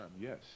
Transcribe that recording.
Yes